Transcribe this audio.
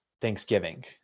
Thanksgiving